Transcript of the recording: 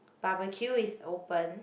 barbeque is open